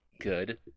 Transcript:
good